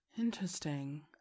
Interesting